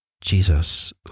Jesus